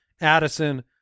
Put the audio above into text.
Addison